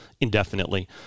indefinitely